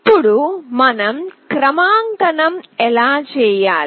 ఇప్పుడు మనం క్రమాంకనం ఎలా చేయాలి